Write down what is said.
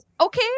okay